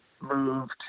moved